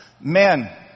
Men